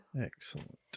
Excellent